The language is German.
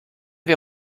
wir